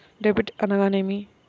Debit అనగానేమి?